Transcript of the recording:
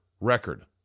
record